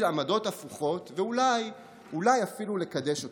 עמדות הפוכות ואולי אפילו לקדש אותן.